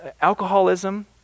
alcoholism